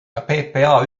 ppa